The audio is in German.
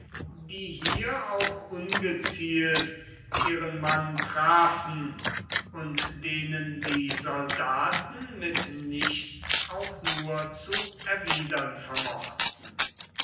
die hier auch ungezielt ihren mann trafen und denen die soldaten mit nichts auch nur zu erwidern vermochten